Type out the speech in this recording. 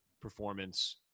performance